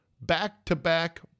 Back-to-back